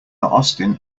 austen